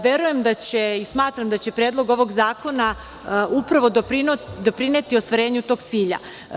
Verujem da će, i smatram da će Predlog ovog zakona upravo doprineti ostvarenju tog cilja.